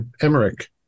Emmerich